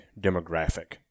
demographic